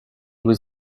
was